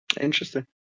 Interesting